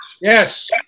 Yes